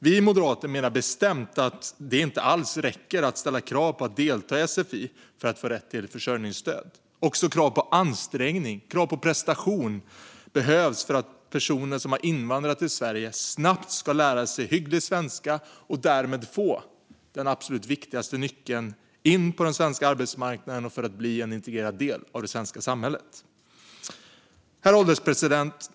Vi moderater menar bestämt att det inte alls räcker att ställa krav på att människor deltar i sfi för att få rätt till försörjningsstöd. Också krav på ansträngning och prestation behövs för att personer som har invandrat till Sverige snabbt ska lära sig hygglig svenska och därmed få den absolut viktigaste nyckeln in på den svenska arbetsmarknaden och för att bli en integrerad del av det svenska samhället. Herr ålderspresident!